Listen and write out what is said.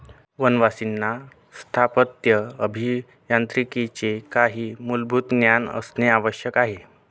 वनवासींना स्थापत्य अभियांत्रिकीचे काही मूलभूत ज्ञान असणे आवश्यक आहे